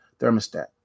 thermostat